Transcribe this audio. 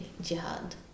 jihad